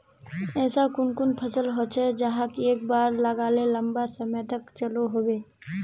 ऐसा कुन कुन फसल होचे जहाक एक बार लगाले लंबा समय तक चलो होबे?